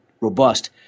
robust